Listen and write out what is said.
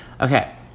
okay